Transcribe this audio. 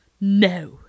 No